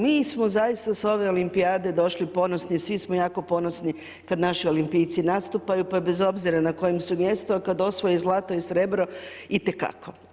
Mi smo zaista sa ove Olimpijade došli ponosni, svi smo jako ponosni kad naši olimpijci nastupaju, pa je bez obzira na kojem su mjestu, a kad osvoje zlato i srebro itekako.